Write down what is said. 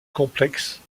complexe